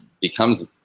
becomes